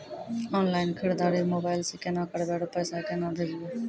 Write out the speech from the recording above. Online खरीददारी mobile से केना करबै, आरु पैसा केना भेजबै?